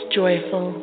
joyful